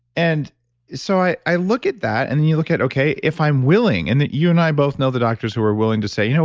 and so i i look at that and and you look at, okay, if i'm willing. and you and i both know the doctors who were willing to say, you know